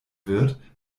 wird